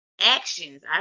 actions